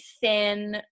thin